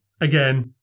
again